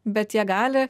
bet jie gali